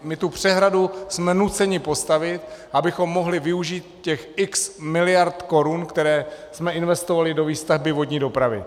My tu přehradu jsme nuceni postavit, abychom mohli využít těch x miliard korun, které jsme investovali do výstavby vodní dopravy.